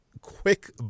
quick